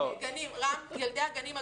לגבי ילדי הגנים.